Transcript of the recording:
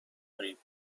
کنین